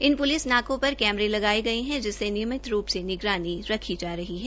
इन police नाकों पर कैमरे लगाये गये है जिसमें नियमित रूप से निगरानी रखी जा रही है